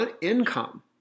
income